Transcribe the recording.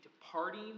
departing